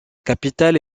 capitale